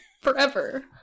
Forever